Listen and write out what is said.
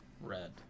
Red